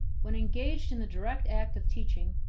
when engaged in the direct act of teaching,